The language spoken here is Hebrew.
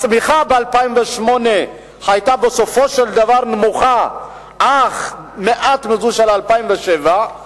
הצמיחה ב-2008 היתה בסופו של דבר נמוכה אך במעט מזו של 2007,